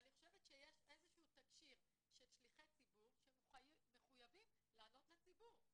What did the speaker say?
אני חושבת שיש איזשהו תקשי"ר של שליחי ציבור שמחויבים לענות לציבור.